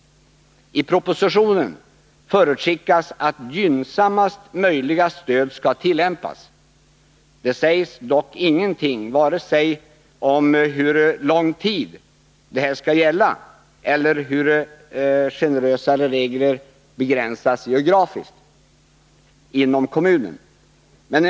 I propositionen förutskickas att gynnsammaste möjliga stöd skall tillämpas. Det sägs dock ingenting vare sig om hur lång tid detta skall gälla eller om hur generösare regler begränsas geografiskt inom kommunen.